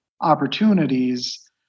opportunities